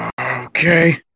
Okay